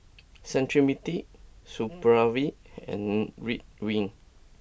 Cetrimide Supravit and Ridwind